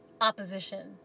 opposition